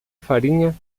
farinha